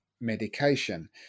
medication